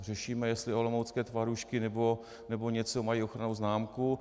Řešíme, jestli olomoucké tvarůžky nebo něco mají ochrannou známku.